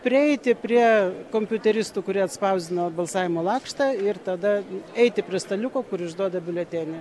prieiti prie kompiuteristų kurie atspausdino balsavimo lakštą ir tada eiti prie staliuko kur išduoda biuletenį